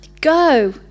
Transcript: Go